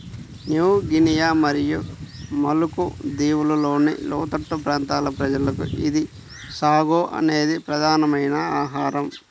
new Guinea మరియు Maluku దీవులలోని లోతట్టు ప్రాంతాల ప్రజలకు ఇది సాగో అనేది ప్రధానమైన ఆహారం